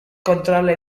controlla